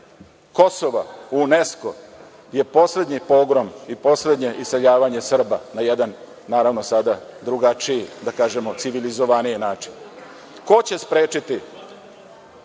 Kosova u UNESKO je poslednji pogrom i poslednje iseljavanje Srba, na jedan, naravno, sada drugačiji, da kažemo civilizovaniji način. Ko će sprečiti